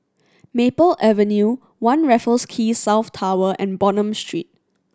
Maple Avenue One Raffles Quay South Tower and Bonham Street